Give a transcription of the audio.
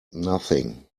nothing